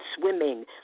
swimming